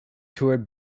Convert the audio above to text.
toured